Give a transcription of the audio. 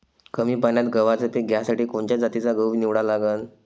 कमी पान्यात गव्हाचं पीक घ्यासाठी कोनच्या जातीचा गहू निवडा लागन?